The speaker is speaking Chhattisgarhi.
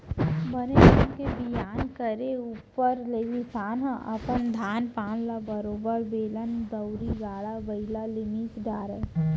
बने ढंग के बियान करे ऊपर ले किसान ह अपन धान पान ल बरोबर बेलन दउंरी, गाड़ा बइला ले मिस डारय